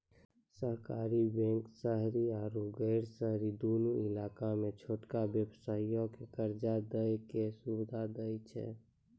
सहकारी बैंक शहरी आरु गैर शहरी दुनू इलाका मे छोटका व्यवसायो के कर्जा दै के सुविधा दै छै